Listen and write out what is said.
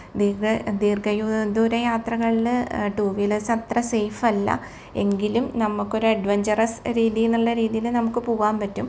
ദീക ദീർഘദൂരയാത്രകളിൽ ടൂ വീലേഴ്സ്സത്ര സേഫ് അല്ല എങ്കിലും നമുക്കൊരു അഡ്വഞ്ചറസ് രീതീ എന്നുള്ള രീതിയിൽ നമുക്ക് പോകാൻ പറ്റും